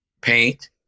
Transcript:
paint